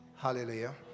Hallelujah